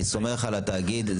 ואני סומך על התאגיד.